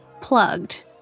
plugged